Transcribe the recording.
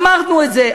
אמרנו את זה.